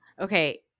Okay